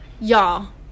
Y'all